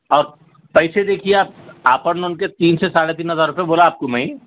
اور پیسے دیکھیے آپ آپن ان کے تین سے ساڑھے تین ہزار روپئے بولا آپ کو میں